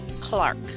Clark